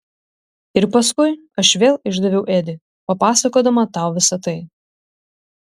ir paskui aš vėl išdaviau edį papasakodama tau visa tai